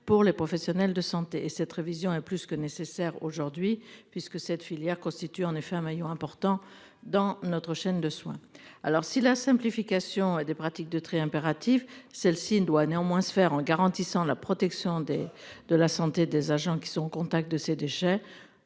pour les professionnels de santé et cette révision est plus que nécessaire aujourd'hui puisque cette filière constitue en effet un maillon important dans notre chaîne de soins, alors si la simplification des pratiques de très impératif. Celle-ci doit néanmoins se faire en garantissant la protection des de la santé des agents qui sont au contact de ces déchets.